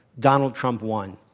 donald trump won,